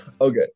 Okay